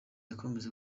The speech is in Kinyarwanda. yakomeje